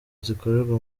zikorerwa